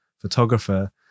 photographer